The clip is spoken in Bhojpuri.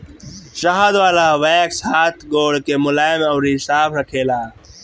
शहद वाला वैक्स हाथ गोड़ के मुलायम अउरी साफ़ रखेला